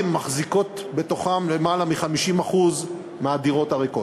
מחזיקות בתוכן למעלה מ-50% מהדירות הריקות.